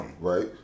Right